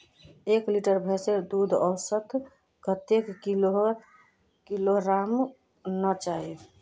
एक लीटर भैंसेर दूध औसतन कतेक किलोग्होराम ना चही?